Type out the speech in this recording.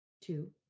Two